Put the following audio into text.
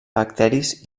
bacteris